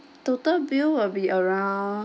total bill will be around